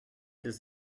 des